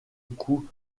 coup